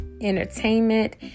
entertainment